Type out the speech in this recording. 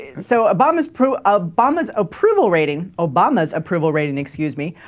and so obama's approval ah obama's approval rating obama's approval rating excuse me